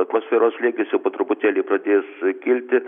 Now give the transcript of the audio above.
atmosferos slėgis jau po truputėlį pradės kilti